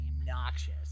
obnoxious